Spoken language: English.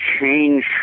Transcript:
change